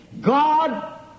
God